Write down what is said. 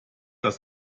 das